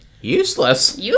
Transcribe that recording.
Useless